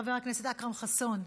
חבר הכנסת אכרם חסון,